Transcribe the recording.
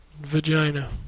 Vagina